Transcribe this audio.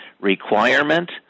requirement